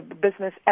business